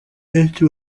benshi